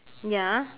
ya